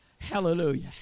Hallelujah